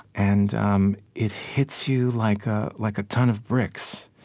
and um it hits you like ah like a ton of bricks.